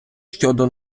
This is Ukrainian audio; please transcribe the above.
щодо